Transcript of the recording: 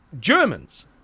Germans